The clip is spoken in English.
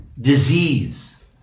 disease